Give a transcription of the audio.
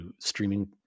streaming